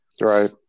right